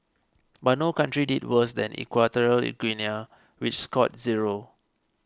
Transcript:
but no country did worse than Equatorial Guinea which scored zero